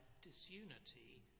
disunity